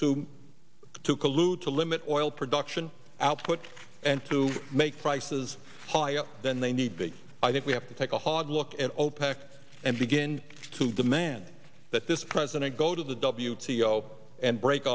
collude to limit oil production output and to make prices higher than they need because i think we have to take a hard look at opec and begin to demand that this president go to the w to go and break